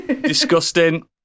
Disgusting